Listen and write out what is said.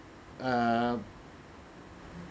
err